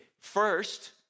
first